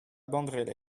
bandrélé